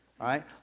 right